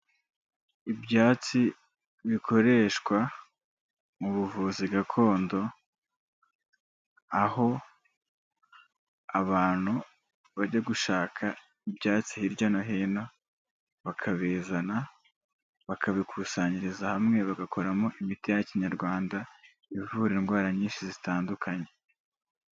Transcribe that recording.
Ibyatsi bikoreshwa mu buvuzi gakondo, aho abantu bajya gushaka ibyatsi hirya no hino, bakabizana bakabikusanyiriza hamwe bagakoramo imiti ya kinyarwanda ivura indwara nyinshi zitandukanye.